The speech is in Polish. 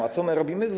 A co my robimy?